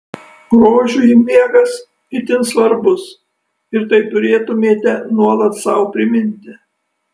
grožiui miegas itin svarbus ir tai turėtumėte nuolat sau priminti